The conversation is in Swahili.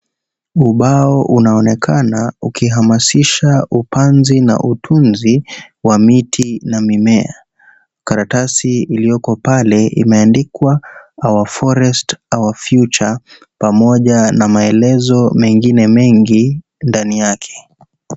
Ubao unaonekana ukihamasisha upanzi na utunzi wa miti na mimea. Karatasi iliyoko pale imeandikwa Our Forests, Our Future pamoja na maelezo mengine mengi ndani yake.